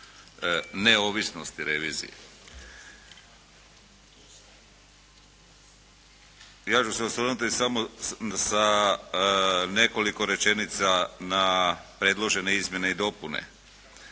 neovisnosti revizije. Ja ću se osvrnuti samo sa nekoliko rečenica na predložene izmjene i dopune.